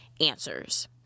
answers